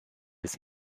des